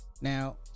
Now